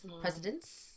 presidents